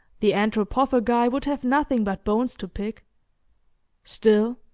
the anthropophagi would have nothing but bones to pick still,